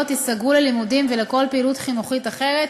ייסגרו ללימודים ולכל פעילות חינוכית אחרת